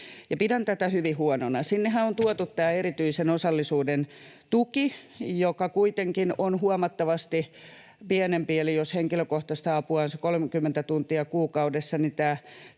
Pidän tätä hyvin huonona. Sinnehän on tuotu tämä erityisen osallisuuden tuki, joka kuitenkin on huomattavasti pienempi, eli jos henkilökohtaista apua on se 30 tuntia kuukaudessa,